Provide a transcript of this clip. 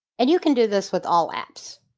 and you can do this with all apps.